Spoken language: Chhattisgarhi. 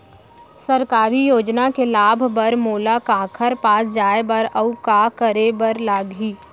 सरकारी योजना के लाभ बर मोला काखर पास जाए बर अऊ का का करे बर लागही?